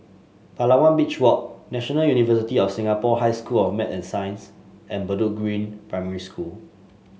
Palawan Beach Walk National University of Singapore High School of Math and Science and Bedok Green Primary School